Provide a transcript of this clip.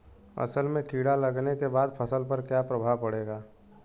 असल में कीड़ा लगने के बाद फसल पर क्या प्रभाव पड़ेगा?